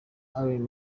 alain